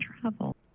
travel